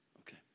Okay